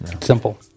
Simple